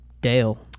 Dale